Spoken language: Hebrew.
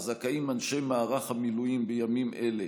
שלה זכאים אנשי מערך המילואים בימים אלה,